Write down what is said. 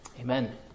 Amen